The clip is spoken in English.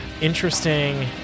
interesting